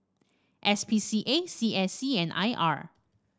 S P C A C A C and I R